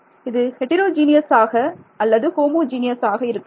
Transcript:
இது ஹெடிரோஜீனியஸ் ஆக அல்லது ஹோமோஜனியஸ் ஆக இருக்கலாம்